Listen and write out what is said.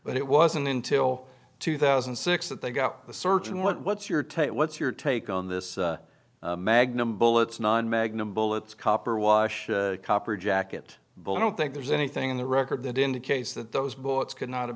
but it wasn't until two thousand and six that they got the surgeon what's your take what's your take on this magnum bullets non magnum bullets copper wash copper jacket but i don't think there's anything in the record that indicates that those bullets could not have